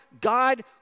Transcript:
God